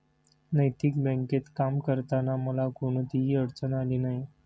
नैतिक बँकेत काम करताना मला कोणतीही अडचण आली नाही